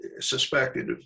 suspected